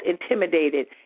intimidated